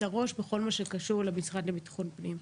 הראש בכל מה שקשור למשרד לביטחון פנים.